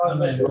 Amen